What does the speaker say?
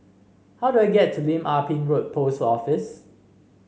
how do I get to Lim Ah Pin Road Post Office